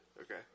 Okay